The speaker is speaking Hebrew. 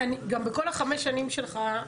גם בכל החמש שנים שלך,